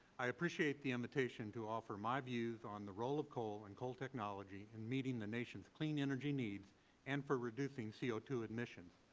i appreciate the invitation to offer my views on the role of coal and coal technology in meeting the nation's clean energy needs and for reducing c o two emissions.